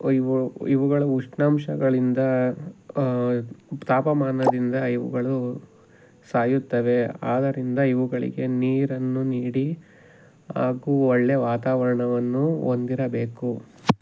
ಇವು ಇವುಗಳು ಉಷ್ಣಾಂಶಗಳಿಂದ ತಾಪಮಾನದಿಂದ ಇವುಗಳು ಸಾಯುತ್ತವೆ ಆದ್ದರಿಂದ ಇವುಗಳಿಗೆ ನೀರನ್ನು ನೀಡಿ ಹಾಗೂ ಒಳ್ಳೆಯ ವಾತಾವರಣವನ್ನು ಹೊಂದಿರಬೇಕು